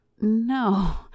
No